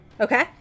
Okay